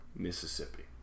Mississippi